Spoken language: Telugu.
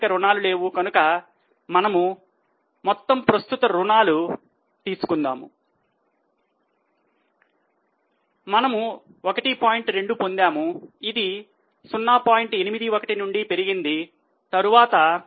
81 నుండి పెరిగింది తర్వాత 0